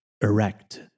erect